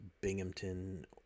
Binghamton